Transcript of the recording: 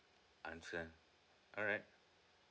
understand alright